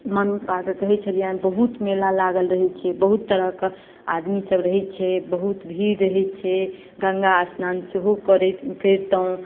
mummy पापाकेँ कहैत छलियनि बहुत मेला लागल रहैत छै बहुत तरहके आदमीसभ रहैत छै बहुत भीड़ रहैत छै गङ्गा स्नान सेहो करैत करितहुँ